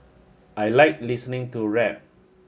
I like listening to rap